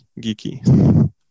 geeky